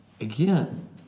Again